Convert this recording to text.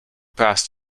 passed